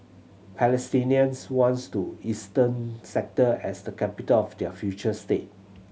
Palestinians wants to eastern sector as the capital of their future state